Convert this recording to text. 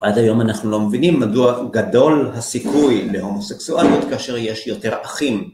ועד היום אנחנו לא מבינים מדוע גדול הסיכוי להומוסקסואלות כאשר יש יותר אחים.